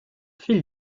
fil